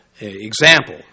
example